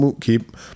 keep